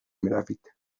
میروید